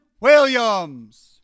Williams